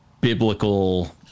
biblical